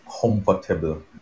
comfortable